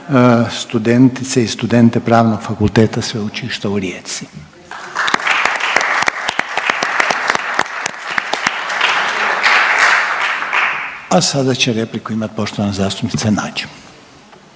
studentice i studente Pravnog fakulteta Sveučilišta u Rijeci. /Pljesak./. A sada će repliku imati poštovana zastupnica Nađ.